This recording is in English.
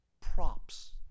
props